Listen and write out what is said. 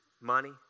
money